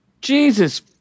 Jesus